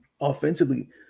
offensively